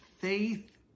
faith